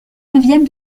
neuvième